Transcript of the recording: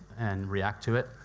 and react to it.